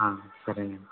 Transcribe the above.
సరేనండి